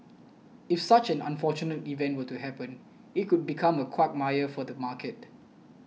if such an unfortunate event were to happen it could become a quagmire for the market